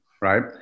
right